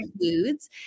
foods